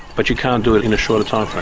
but you can't do it in a shorter time frame.